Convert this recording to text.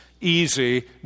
easy